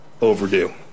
overdue